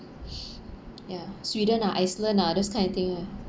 ya sweden ah iceland ah those kind of thing ah